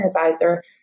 advisor